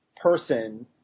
person